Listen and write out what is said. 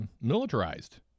militarized